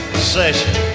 Session